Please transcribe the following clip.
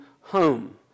home